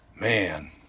man